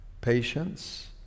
patience